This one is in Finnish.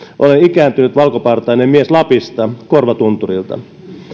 olen ikääntynyt valkopartainen mies lapista korvatunturilta